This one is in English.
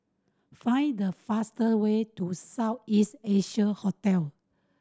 find the fastest way to South East Asia Hotel